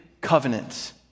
covenant